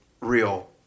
real